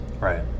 Right